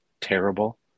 Terrible